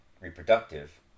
reproductive